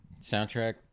Soundtrack